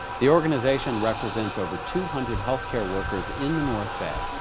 the organization represents over two hundred healthcare workers in the north bay.